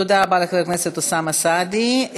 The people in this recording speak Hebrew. תודה רבה לחבר הכנסת אוסאמה סעדי.